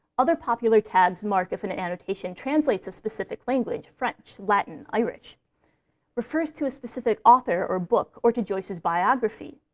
other popular tags mark if an an annotation translates a specific language french, latin, irish refers to a specific author or book or to joyce's biography,